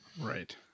right